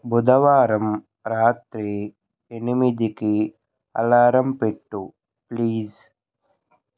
బుధవారం రాత్రి ఎనిమిదికి అలారం పెట్టు ప్లీజ్